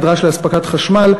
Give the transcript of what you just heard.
הנדרש לאספקת חשמל,